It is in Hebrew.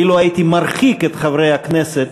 אילו הייתי מרחיק את חברי הכנסת,